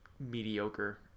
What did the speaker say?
mediocre